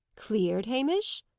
cleared, hamish?